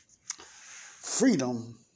Freedom